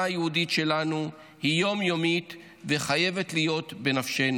היהודית שלנו היא יום-יומית וחייבת להיות בנפשנו.